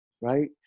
right